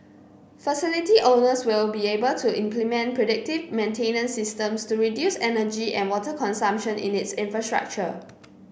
facility owners will be able to implement predictive maintenance systems to reduce energy and water consumption in its infrastructure